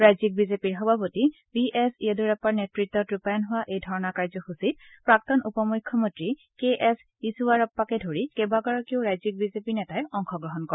ৰাজ্যিক বিজেপিৰ সভাপতি বি এছ য়েদুৰাপ্পাৰ নেতত্তত ৰূপায়ণ হোৱা এই ধৰ্ণা কাৰ্য্যসূচীত প্ৰাক্তন উপ মুখ্যমন্ত্ৰী কে এছ ইছুৱাৰাপ্পাকে ধৰি কেইবাগৰাকীও ৰাজ্যিক বিজেপিৰ নেতাই অংশগ্ৰহণ কৰে